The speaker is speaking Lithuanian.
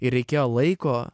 ir reikėjo laiko